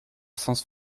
sens